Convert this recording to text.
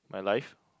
my life